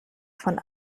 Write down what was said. von